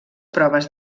proves